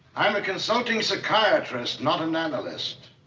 i'm a consulting psychiatrist, not an analyst.